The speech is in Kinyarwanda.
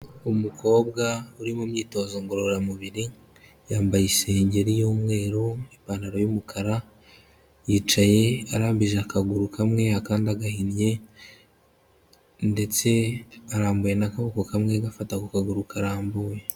Umukobwa uri mu myitozo ngororamubiri, yambaye isengeri y'umweru, ipantaro y'umukara, yicaye arambije akaguru kamwe akandi gahinnye, ndetse arambuye n'akaboko kamwe gafata ku kaguru karambuye.